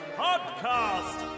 podcast